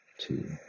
two